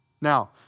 Now